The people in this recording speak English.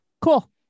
Cool